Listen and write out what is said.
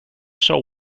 show